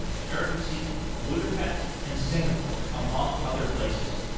cherkasy, budapest, and singapore, among other places.